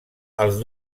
els